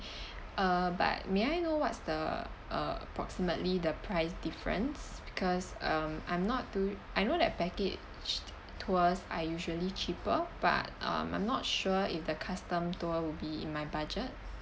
uh but may I know what's the uh approximately the price difference because um I'm not too I know that packaged tours are usually cheaper but um I'm not sure if the custom tour will be in my budget